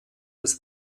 des